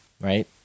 right